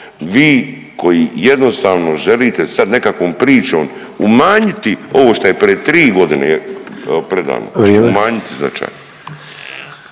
Vi koji jednostavno želite sad nekakvom pričom umanjiti ovo što je pred tri godine predano. …/Upadica Sanader: